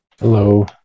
hello